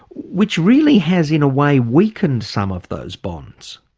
which really has in a way weakened some of those bonds.